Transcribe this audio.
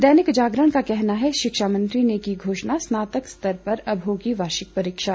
दैनिक जागरण का कहना है शिक्षा मंत्री ने की घोषणा स्नातक स्तर पर अब होगी वार्षिक परीक्षा